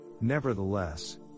Nevertheless